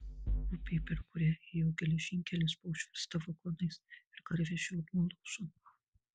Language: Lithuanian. upė per kurią ėjo geležinkelis buvo užversta vagonais ir garvežio nuolaužom